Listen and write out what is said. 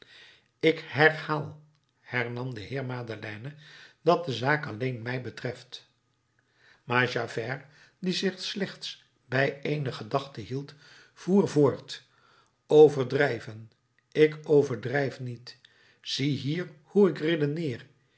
ik herhaal hernam de heer madeleine dat de zaak alleen mij betreft maar javert die zich slechts bij eene gedachte hield voer voort overdrijven ik overdrijf niet ziehier hoe ik redeneer